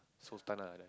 Sultana like that